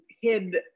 hid